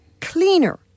cleaner